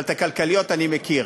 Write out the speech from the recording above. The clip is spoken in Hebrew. אבל את הכלכליות אני מכיר,